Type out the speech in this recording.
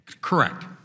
Correct